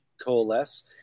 coalesce